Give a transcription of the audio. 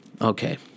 okay